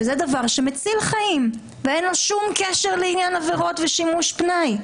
וזה דבר שמציל חיים ואין לו שום קשר לעניין עבירות ושימוש פנאי,